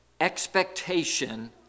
expectation